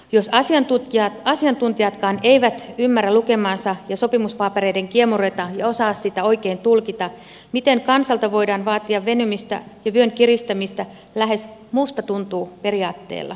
jos asiantuntijatkaan eivät ymmärrä lukemaansa ja sopimuspapereiden kiemuroita ja osaa niitä oikein tulkita miten kansalta voidaan vaatia venymistä ja vyön kiristämistä lähes musta tuntuu perusteella